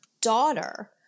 daughter